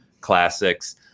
classics